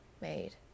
made